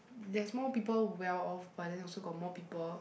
there's more people well off but then also got more people